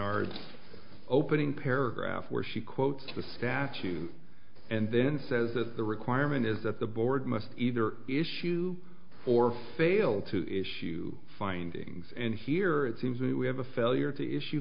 ds opening paragraph where she quotes the statute and then says that the requirement is that the board must either issue or fail to issue findings and here it seems that we have a failure to issue